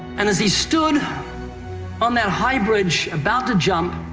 and as he stood on that high bridge about to jump,